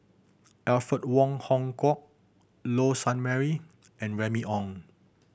Alfred Wong Hong Kwok Low Sanmay and Remy Ong